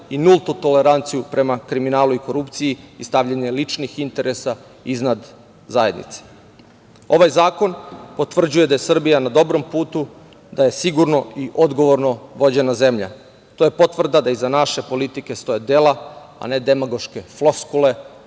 i nultu toleranciju prema kriminalu i korupciji i stavljanje ličnih interesa iznad zajednice. Ovaj zakon potvrđuje da je Srbija na dobrom putu, da je sigurno i odgovorno vođena zemlja. To je potvrda da iza naše politike stoje dela, a ne demagoške floskule,